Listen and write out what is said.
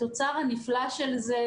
התוצר הנפלא של זה,